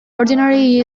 ordinary